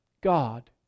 God